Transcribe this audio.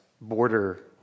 border